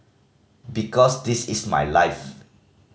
because this is my life